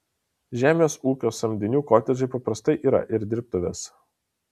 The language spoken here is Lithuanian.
žemės ūkio samdinių kotedžai paprastai yra ir dirbtuvės